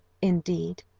indeed,